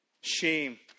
shame